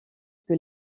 que